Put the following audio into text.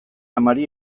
amari